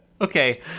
Okay